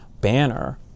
banner